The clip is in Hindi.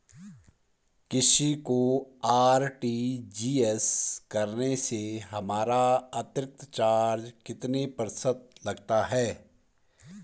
किसी को आर.टी.जी.एस करने से हमारा अतिरिक्त चार्ज कितने प्रतिशत लगता है?